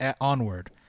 onward